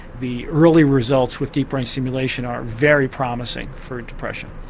the early results with deep brain stimulation are very promising for depression.